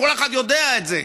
וכל אחד יודע את זה.